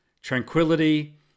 tranquility